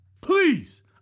please